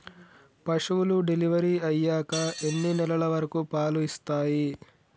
పశువులు డెలివరీ అయ్యాక ఎన్ని నెలల వరకు పాలు ఇస్తాయి?